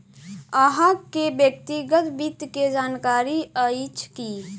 अहाँ के व्यक्तिगत वित्त के जानकारी अइछ की?